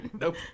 Nope